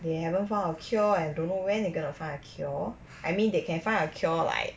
they haven't found a cure and don't know when they are gonna find a cure I mean they can find a cure like